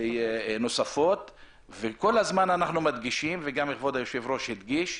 נוספות וכל הזמן אנחנו מדגישים וגם כבוד היושב-ראש הדגיש,